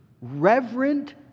reverent